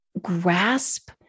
grasp